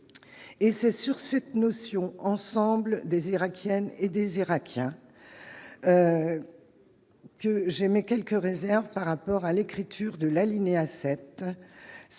et c'est sur cette notion ensemble des Irakiens et des Irakiens que j'émets quelques réserves par rapport à l'écriture de l'alinéa 7